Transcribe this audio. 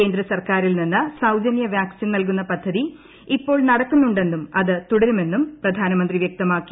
കേന്ദ്ര സർക്കാരിൽ നിന്ന് സൌജനൃ വാക്സിൻ നൽകുന്ന പദ്ധതി ഇപ്പോൾ നടക്കുന്നുണ്ടെന്നും അത് തുടരുമെന്നും പ്രധാനമന്ത്രി വ്യക്തമാക്കി